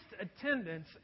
attendance